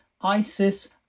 ISIS